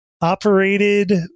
operated